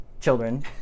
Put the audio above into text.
children